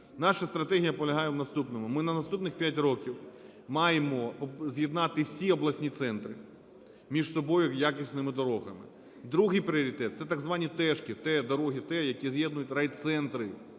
Наша стратегія полягає в наступному: ми на наступних 5 років маємо з'єднати всі обласні центри між собою якісними дорогами. Другий пріоритет – це так звані "тешки", "Т", дороги "Т", які з'єднують райцентри